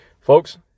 Folks